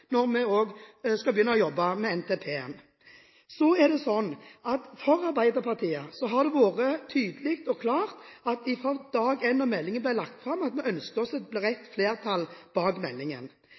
når vi skal begynne å jobbe med NTP-en. For Arbeiderpartiet har det vært tydelig og klart fra dag én, da meldingen ble lagt fram, at vi ønsket oss et bredt flertall bak meldingen.